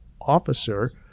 officer